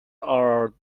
are